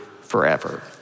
forever